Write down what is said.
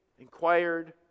inquired